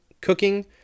cooking